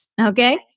okay